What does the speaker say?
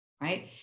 right